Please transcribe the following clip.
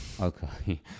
Okay